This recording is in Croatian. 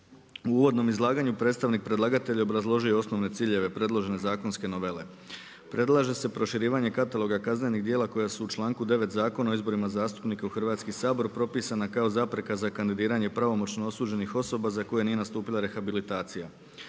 U uvodnom izlaganju predstavnik predlagatelja je obrazložio osnovne ciljeve predložene zakonske novele. Predlaže se proširivanje kataloga kaznenih djela koja su u članku 9. Zakona o izborima zastupnika u Hrvatski sabor propisana kao zapreka za kandidiranje pravomoćno osuđenih osoba za koje nije nastupila rehabilitacija.